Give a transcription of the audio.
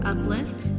Uplift